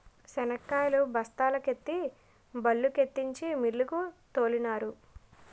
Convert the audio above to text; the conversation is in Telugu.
శనక్కాయలు బస్తాల కెత్తి బల్లుకెత్తించి మిల్లుకు తోలినారు